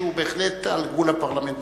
שהוא בהחלט על גבול הפרלמנטריזם.